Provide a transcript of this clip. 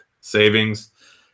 savings